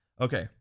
Okay